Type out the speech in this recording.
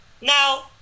now